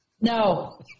No